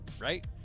right